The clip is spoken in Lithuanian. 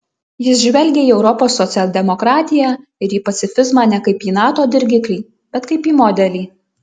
jis žvelgia į europos socialdemokratiją ir į pacifizmą ne kaip į nato dirgiklį bet kaip į modelį